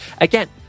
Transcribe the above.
Again